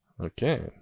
okay